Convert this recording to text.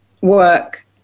work